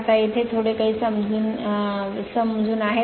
आता येथे थोडे काहीही समजून आहेत